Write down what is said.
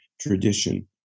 tradition